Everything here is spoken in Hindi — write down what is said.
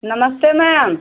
नमस्ते मैम